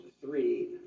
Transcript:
three